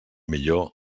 millor